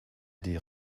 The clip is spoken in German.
die